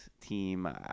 team